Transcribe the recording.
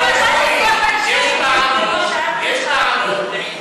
יש טענות, תחקרו.